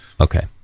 Okay